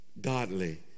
godly